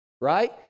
right